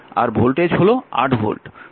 আর voltage হল 8 volt